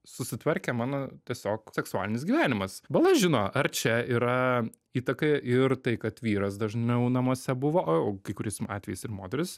susitvarkė mano tiesiog seksualinis gyvenimas bala žino ar čia yra įtaka ir tai kad vyras dažniau namuose buvo o kai kuriais atvejais ir moteris